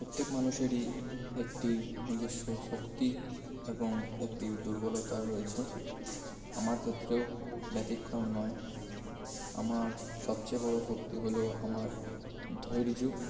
প্রত্যেক মানুষেরই একটি নিজস্ব শক্তি এবং একটি দুর্বলতা রয়েছে আমার ক্ষেত্রেও ব্যতিক্রম নয় আমার সবচেয়ে বড় শক্তি হল আমার ধৈর্য্য